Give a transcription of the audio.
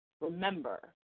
remember